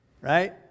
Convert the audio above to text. Right